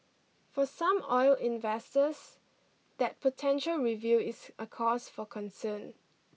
for some oil investors that potential review is a cause for concern